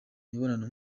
mibonano